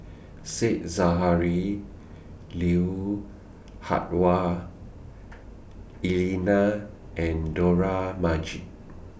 Said Zahari Lui Hah Wah Elena and Dollah Majid